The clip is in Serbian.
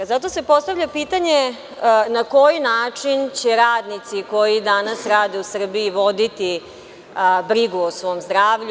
Zato se postavlja pitanja – na koji način će radnici koji danas rade u Srbiji voditi brigu o svom zdravlju?